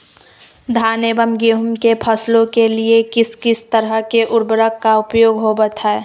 धान एवं गेहूं के फसलों के लिए किस किस तरह के उर्वरक का उपयोग होवत है?